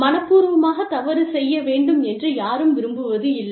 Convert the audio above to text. மனப்பூர்வமாக தவறு செய்ய வேண்டும் என்று யாரும் விரும்புவதில்லை